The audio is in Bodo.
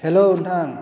हेलौ नोंथां